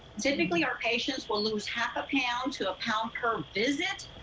physically our patientses will lose half a pound to a pound per visit.